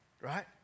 right